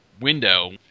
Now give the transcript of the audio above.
window